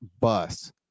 bus